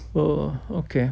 oh okay